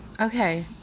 Okay